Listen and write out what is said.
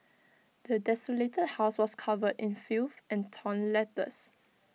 the desolated house was covered in filth and torn letters